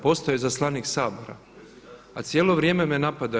Postoji izaslanik Sabora, a cijelo vrijeme me napadaju.